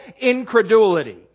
incredulity